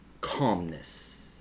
calmness